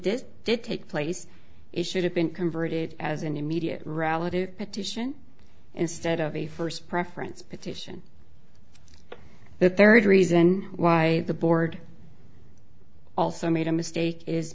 does did take place it should have been converted as an immediate relative petition instead of a first preference petition the third reason why the board also made a mistake is